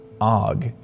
Og